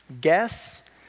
guess